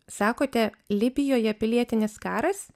sakote libijoje pilietinis karas